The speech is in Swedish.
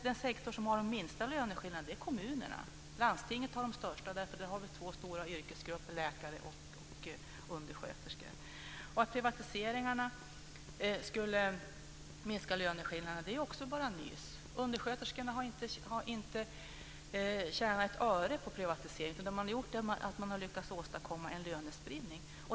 Den sektor som har de minsta löneskillnaderna är kommunerna. Landstingen har de största därför att man där har två stora yrkesgrupper, nämligen läkare och undersköterskor. Att privatiseringarna skulle minska löneskillnaderna är också bara nys. Undersköterskorna har inte tjänat ett öre på privatisering. Vad man har gjort är att man har lyckats åstadkomma en lönespridning.